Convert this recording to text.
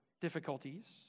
difficulties